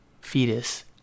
fetus